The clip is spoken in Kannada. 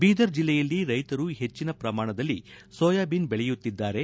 ಬೀದರ ಜಿಲ್ಲೆಯಲ್ಲಿ ರೈತರು ಹೆಚ್ಚಿನ ಪ್ರಮಾಣದಲ್ಲಿ ಸೋಯಾಬೀನ್ ಬೆಳೆಯುತ್ತಿದ್ದಾರೆ